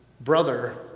brother